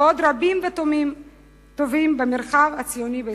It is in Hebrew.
ועוד רבים וטובים במרחב הציוני בישראל.